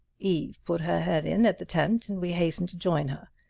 eve put her head in at the tent and we hastened to join her.